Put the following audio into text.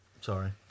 Sorry